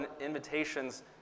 invitations